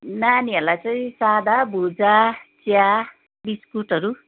नानीहरूलाई चाहिँ साधा भुजा चिया बिस्कुटहरू